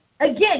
again